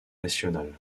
nationales